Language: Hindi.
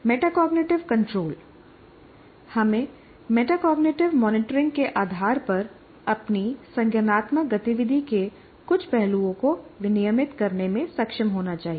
मेटाकॉग्निटिव कंट्रोल हमें मेटाकॉग्निटिव मॉनिटरिंग के आधार पर अपनी संज्ञानात्मक गतिविधि के कुछ पहलुओं को विनियमित करने में सक्षम होना चाहिए